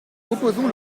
proposons